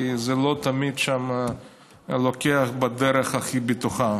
כי שם זה לא תמיד לוקח בדרך הכי בטוחה.